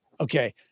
Okay